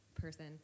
person